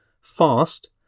Fast